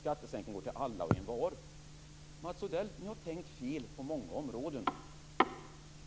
Skattesänkningen går till alla och envar. Ni har tänkt fel på många områden, Mats Odell.